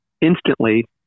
instantly